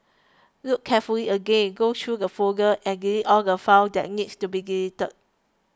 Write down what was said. look carefully again go through the folders and delete all the files that needs to be deleted